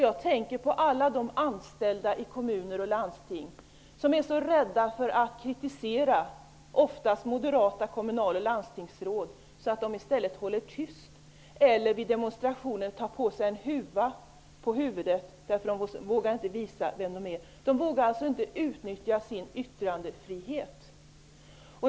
Jag tänker på alla de anställda i kommuner och landsting som är så rädda för att kritisera kommunal och landstingsråd, oftast moderata sådana, att de i stället håller tyst eller vid demonstrationer tar på sig en huva på huvudet. De vågar inte visa vilka de är. De törs alltså inte utnyttja sin yttrandefrihet.